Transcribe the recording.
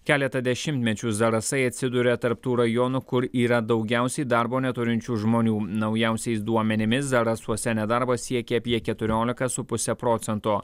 keletą dešimtmečių zarasai atsiduria tarp tų rajonų kur yra daugiausiai darbo neturinčių žmonių naujausiais duomenimis zarasuose nedarbas siekia apie keturiolika su puse procento